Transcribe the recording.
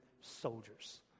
soldiers